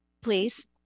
please